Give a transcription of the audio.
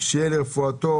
שיהיה לרפואתו.